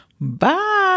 bye